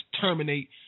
terminate